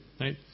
right